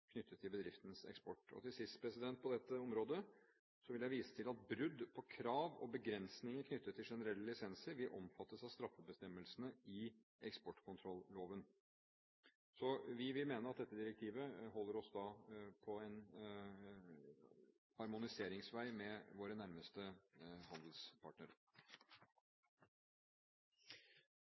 knyttet til bedriftenes eksport. Til sist vil jeg på dette området vise til at brudd på krav og begrensninger knyttet til generelle lisenser vil omfattes av straffebestemmelsene i eksportkontrolloven. Vi vil mene at dette direktivet holder oss på en harmoniseringsvei med våre nærmeste handelspartnere.